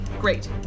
Great